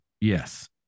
Yes